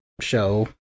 show